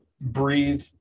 breathe